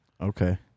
Okay